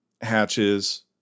hatches